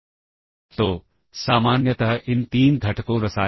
तो अब stack pointer इस लोकेशन और अगले लोकेशन पर पॉइंट कर रहा है